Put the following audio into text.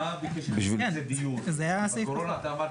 כי בעצם מה קורה היום?